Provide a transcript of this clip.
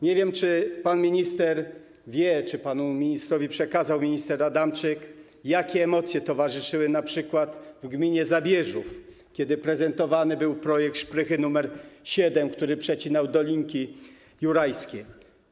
Nie wiem, czy pan minister wie, czy panu ministrowi przekazał minister Adamczyk, jakie emocje towarzyszyły np. w gminie Zabierzów, kiedy prezentowany był projekt szprychy nr 7, który przecinał dolinki jurajskie.